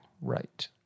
Right